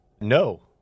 No